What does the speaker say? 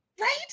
right